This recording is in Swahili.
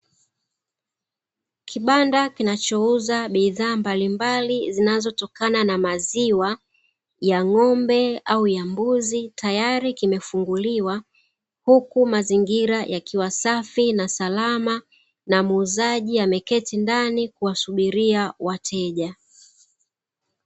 Kibanda kinachouza bidhaa mbalimbali zinazotokana na maziwa ya ng’ombe au ya mbuzi tayari kimefunguliwa, huku mazingira yakiwa safi na salama na muuzaji ameketi ndani kuwasubiria wateja.